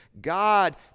God